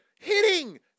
hitting